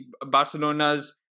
Barcelona's